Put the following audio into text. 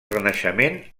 renaixement